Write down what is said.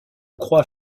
crois